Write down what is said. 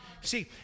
See